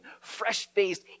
fresh-faced